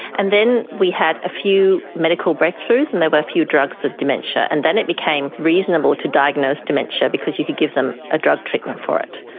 and then we had a few medical breakthroughs and there were a few drugs for dementia. and then it became a reasonable to diagnose dementia because you could give them a drug treatment for it,